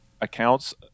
accounts